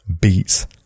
beats